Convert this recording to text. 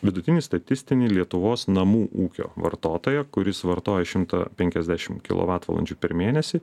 vidutinį statistinį lietuvos namų ūkio vartotoją kuris vartoja šimtą penkiasdešim kilovatvalandžių per mėnesį